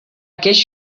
guess